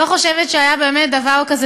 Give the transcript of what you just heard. אני לא חושבת שהיה באמת דבר כזה.